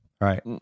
right